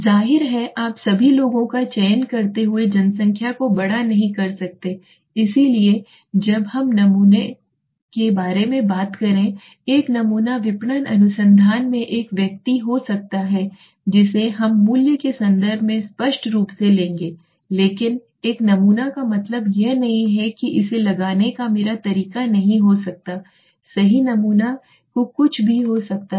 जाहिर है आप सही लोगों का चयन करते हुए जनसंख्या को बड़ा नहीं कर सकते इसलिए जब हम हैं नमूने के बारे में बात करें एक नमूना विपणन अनुसंधान में एक व्यक्ति हो सकता है जिसे हम मूल्य के संदर्भ में स्पष्ट रूप से लेंगे लेकिन एक नमूना का मतलब यह नहीं है कि इसे लगाने का मेरा तरीका नहीं हो सकते हैं सही नमूना कुछ भी हो सकता है